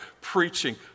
preaching